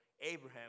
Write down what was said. Abraham